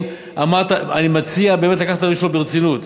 אמר: אני מציע לקחת את הרשות ברצינות.